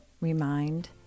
remind